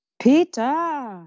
Peter